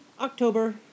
October